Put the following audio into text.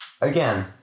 again